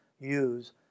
use